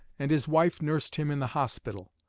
and his wife nursed him in the hospital.